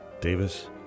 Davis